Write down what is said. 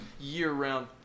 year-round